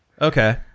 Okay